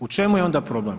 U čemu je onda problem?